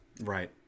Right